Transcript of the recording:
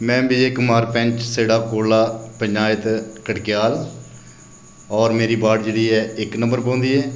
में बिजय कुमार पैंच सिडा कोला पचांयत करकयाल और मेरी बार्ड जेहड़ी ऐ इक नम्बर पौंदी ऐ